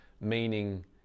meaning